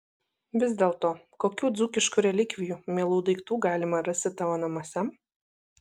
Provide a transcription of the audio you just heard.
vis dėlto kokių dzūkiškų relikvijų mielų daiktų galima rasti tavo namuose